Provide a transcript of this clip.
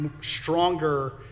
stronger